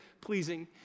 pleasing